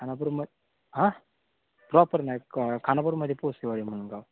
खानापूर मग हां प्रॉपर नाही क खानापूरमध्ये पोर्सेवाडी म्हणून गाव